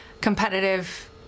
competitive